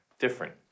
different